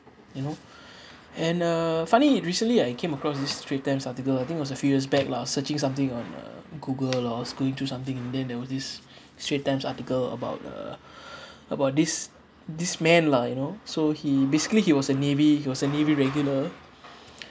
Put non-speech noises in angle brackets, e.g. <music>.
you know <breath> and uh funny recently I came across this straits times article I think was a few years back lah searching something on google loh scrolling to something and then there was this strait times article about uh <breath> about this this man lah you know so he basically he was a navy was a navy regular <noise>